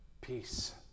peace